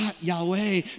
Yahweh